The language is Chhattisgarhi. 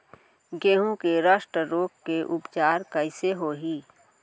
गेहूँ के रस्ट रोग के उपचार कइसे होही?